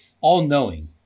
all-knowing